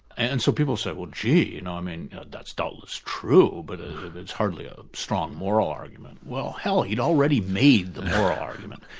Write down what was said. and so people say, well gee, you know i mean, that's doubtless true but ah it's hardly a strong moral argument. well hell, he'd already made the moral argument.